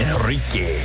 Enrique